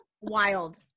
Wild